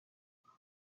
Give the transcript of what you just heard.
there